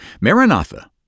Maranatha